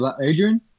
Adrian